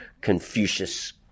Confucius